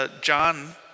John